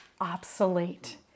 obsolete